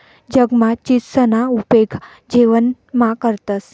जगमा चीचसना उपेग जेवणमा करतंस